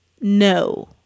no